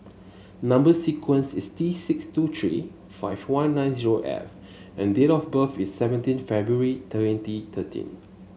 number sequence is T six two three five one nine zero F and date of birth is seventeen February twenty thirteen